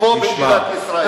פה במדינת ישראל.